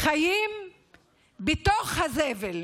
חיים בתוך הזבל.